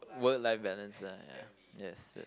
work life balance ah ya yes